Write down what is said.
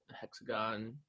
hexagon